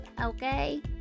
Okay